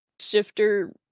shifter